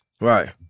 Right